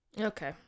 Okay